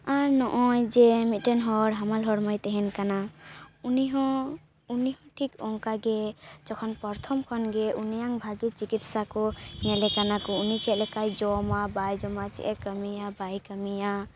ᱟᱨ ᱱᱚᱜᱼᱚᱭ ᱡᱮ ᱢᱤᱫᱴᱮᱱ ᱦᱚᱲ ᱦᱟᱢᱟᱞ ᱦᱚᱲᱢᱚᱭ ᱛᱮᱦᱮᱱ ᱠᱟᱱᱟ ᱩᱱᱤ ᱦᱚᱸ ᱩᱱᱤ ᱦᱚᱸ ᱴᱷᱤᱠ ᱚᱱᱠᱟ ᱜᱮ ᱡᱚᱠᱷᱚᱱ ᱯᱚᱨᱛᱷᱚᱢ ᱠᱷᱚᱱ ᱜᱮ ᱩᱱᱤᱭᱟᱜ ᱵᱷᱟᱜᱮ ᱪᱤᱠᱤᱥᱥᱟ ᱠᱚ ᱧᱮᱞᱮ ᱠᱟᱱᱟ ᱠᱚ ᱩᱱᱤ ᱪᱮᱫ ᱞᱮᱠᱟᱭ ᱡᱚᱢᱟ ᱵᱟᱭ ᱡᱚᱢᱟ ᱪᱮᱫᱼᱮ ᱠᱟᱹᱢᱤᱭᱟ ᱵᱟᱭ ᱠᱟᱹᱢᱤᱭᱟ